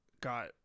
got